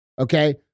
okay